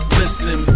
listen